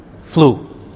flu